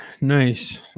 Nice